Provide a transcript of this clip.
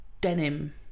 denim